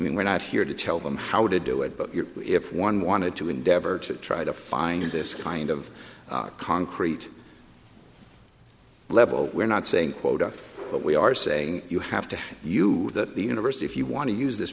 mean we're not here to tell them how to do it but if one wanted to endeavor to try to find this kind of concrete level we're not saying quota but we are saying you have to have you that the university if you want to use this